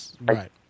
right